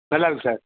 நல்லா இருக்கு சார்